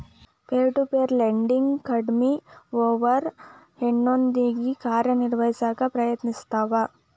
peer to peer lending ಕಡ್ಮಿ ಓವರ್ ಹೆಡ್ನೊಂದಿಗಿ ಕಾರ್ಯನಿರ್ವಹಿಸಕ ಪ್ರಯತ್ನಿಸ್ತವ